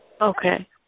Okay